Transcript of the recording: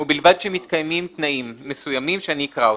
ובלבד שמתקיימים תנאים מסוימים, שאני אקרא אותם.